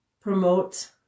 promote